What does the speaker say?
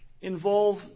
involve